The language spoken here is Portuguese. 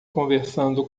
conversando